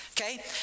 Okay